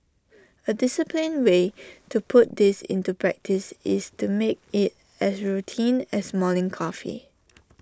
A disciplined way to put this into practice is to make IT as routine as morning coffee